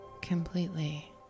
Completely